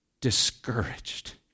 discouraged